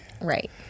Right